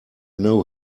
know